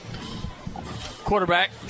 Quarterback